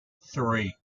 three